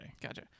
Gotcha